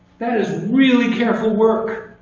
that is really careful work.